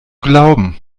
glauben